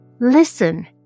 Listen